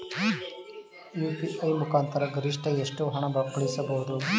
UPI ಮುಖಾಂತರ ಗರಿಷ್ಠ ಎಷ್ಟು ಹಣ ಕಳಿಸಬಹುದು?